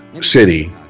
city